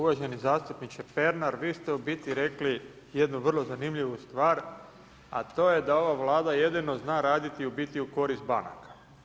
Uvaženi zastupniče Pernar, vi ste u biti rekli, jednu vrlo zanimljivu stvar, a to je da ova Vlada jedino zna raditi u biti u korist banaka.